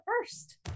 first